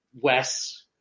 Wes